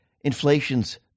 inflation's